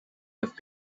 have